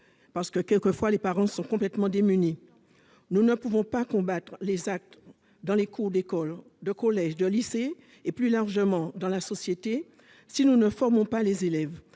parents étant quelquefois complètement démunis. Nous ne pouvons pas combattre les actes dans les cours d'école, de collège ou de lycée, et plus largement dans la société, si nous ne formons pas les élèves.